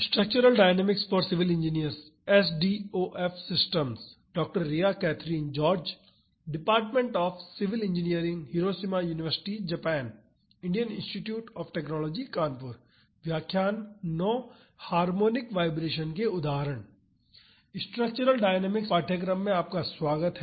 structural dynamics पाठ्यक्रम में आपका स्वागत है